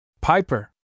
Piper